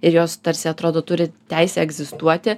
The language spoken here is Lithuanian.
ir jos tarsi atrodo turi teisę egzistuoti